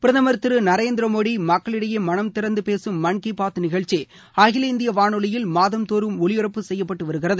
பிரதமர் திரு நரேந்திரமோடி மக்களிடையே மனம் திறந்து பேசும் மன்கீபாத் நிகழ்ச்சி அகில இந்திய வானொலியில் மாதந்தோறும் ஒலிபரப்பப்பட்டு வருகிறது